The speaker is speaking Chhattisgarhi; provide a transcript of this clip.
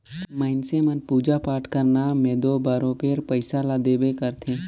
मइनसे मन पूजा पाठ कर नांव में दो बरोबेर पइसा ल देबे करथे